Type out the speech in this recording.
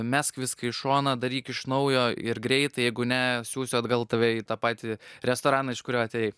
mesk viską į šoną daryk iš naujo ir greitai jeigu ne siųsiu atgal tave į tą patį restoraną iš kurio atėjai